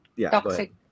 toxic